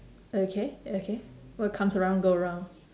okay okay what comes around go around